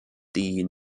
die